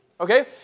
okay